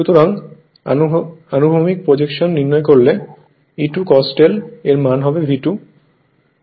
সুতরাং অনুভূমিক প্রজেকশন নির্ণয় করলে E₂ cos δ এর মান হবে V2